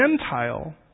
Gentile